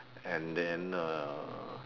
and then uh